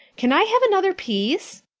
can i have another piece?